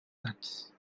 mets